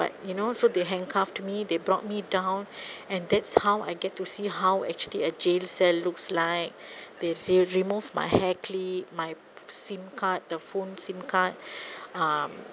but you know so they handcuffed me they brought me down and that's how I get to see how actually a jail cell looks like they they removed my hair clip my SIM card the phone SIM card um